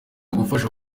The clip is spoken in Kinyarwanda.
ugufasha